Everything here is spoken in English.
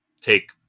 take